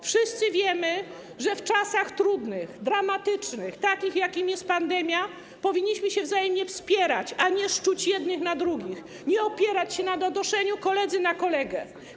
Wszyscy wiemy, że w czasach trudnych, dramatycznych, takich, jakimi jest pandemia, powinniśmy się wzajemnie wspierać, a nie szczuć jednych na drugich, nie opierać się na donoszeniu kolegi na kolegę.